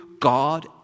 God